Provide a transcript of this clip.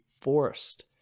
forced